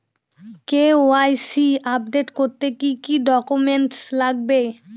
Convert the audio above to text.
KYC update করতে কি কি ডকুমেন্টস লাগবে?